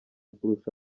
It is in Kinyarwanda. kurusha